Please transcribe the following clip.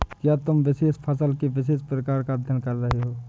क्या तुम विशेष फसल के विशेष प्रकार का अध्ययन कर रहे हो?